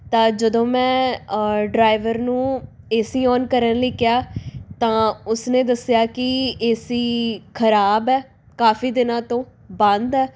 ਤਾਂ ਜਦੋਂ ਮੈਂ ਡਰਾਈਵਰ ਨੂੰ ਏ ਸੀ ਔਨ ਕਰਨ ਲਈ ਕਿਹਾ ਤਾਂ ਉਸਨੇ ਦੱਸਿਆ ਕਿ ਏ ਸੀ ਖਰਾਬ ਹੈ ਕਾਫੀ ਦਿਨਾਂ ਤੋਂ ਬੰਦ ਹੈ